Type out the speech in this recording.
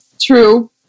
true